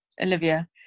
Olivia